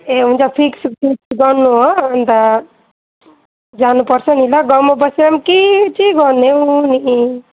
ए हुन्छ fix fix गर्नू हो अन्त जानु पर्छ नि ल गाउँमा बसेर पनि के चाहिँ गर्ने हो नि